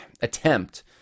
attempt